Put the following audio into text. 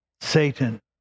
Satan